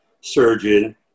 surgeon